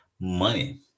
money